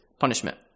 punishment